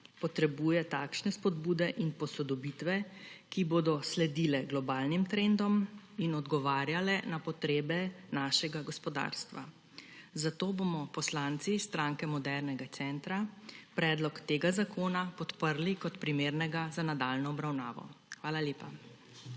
potrebuje takšne spodbude in posodobitve, ki bodo sledile globalnim trendom in odgovarjale na potrebe našega gospodarstva. Zato bomo poslanci Stranke modernega centra predlog tega zakona podprli kot primernega za nadaljnjo obravnavo. Hvala lepa.